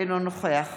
אינו נוכח